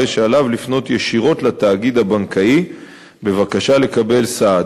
הרי שעליו לפנות ישירות לתאגיד הבנקאי בבקשה לקבלת סעד.